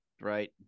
right